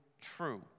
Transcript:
true